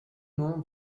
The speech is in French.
nom